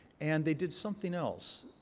and they did something else.